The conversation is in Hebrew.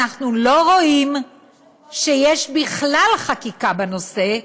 אנחנו לא רואים שיש בכלל חקיקה בנושא.